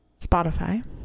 Spotify